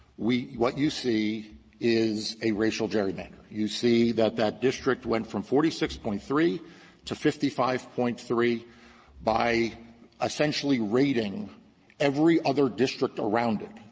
we what you see is a racial gerrymandering. you see that that district went from forty six point three to fifty five point three by essentially raiding every other district around it,